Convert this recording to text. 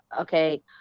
okay